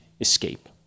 escape